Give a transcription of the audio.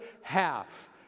half